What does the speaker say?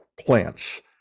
plants